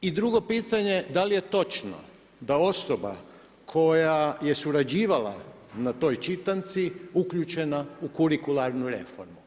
I drugo pitanje, da li je točno, da osoba koja je surađivala na toj čitanci uključena u kurikularnu reformu.